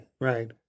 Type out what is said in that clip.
right